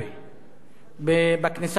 בכניסה לאזור התעשייה.